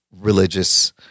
religious